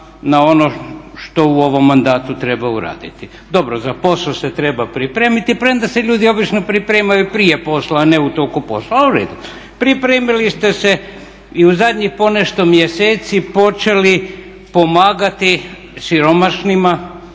na ono što u ovom mandatu treba uraditi. Dobro za posao se treba pripremiti, premda se ljudi obično pripremaju prije posla a ne u toku posla, ali u redu. Pripremili ste se i u zadnjih ponešto mjeseci počeli pomagati siromašnima